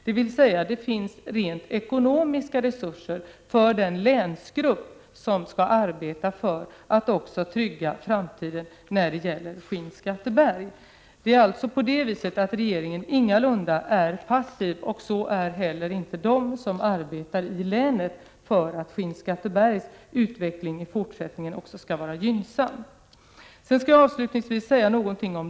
Det finns alltså rent ekonomiska resurser för den länsgrupp som skall arbeta för att trygga framtiden i Skinnskatteberg. Regeringen är ingalunda passiv. Det är inte heller de som arbetar i länet för att Skinnskattebergs utveckling också i fortsättningen skall vara gynnsam.